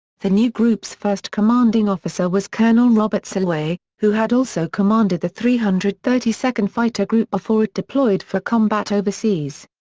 the new group's first commanding officer was colonel robert selway, who had also commanded the three hundred and thirty second fighter group before it deployed for combat overseas.